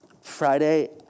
Friday